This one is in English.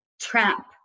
trap